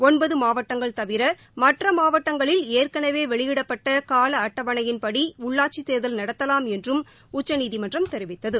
ஒன்பது மாவட்டங்கள் தவிர மற்ற மாவட்டங்களில் ஏற்கனவே வெளியிடப்பட்ட கால அட்டவணையின்படி உள்ளாட்சித் தேர்தல் நடத்தலாம் என்றும் உச்சநீதிமன்றம் தெரிவித்தது